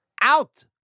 Out